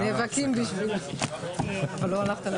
(הישיבה נפסקה בשעה 12:58 ונתחדשה בשעה